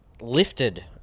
lifted